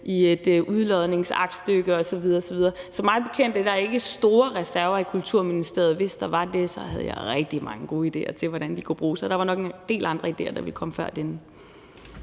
i et udlodningsaktstykke osv. osv. Så mig bekendt er der ikke store reserver i Kulturministeriet, og hvis der var det, så havde jeg rigtig mange gode idéer til, hvordan de kunne bruges. Og der var nok en del andre idéer, der ville komme før denne.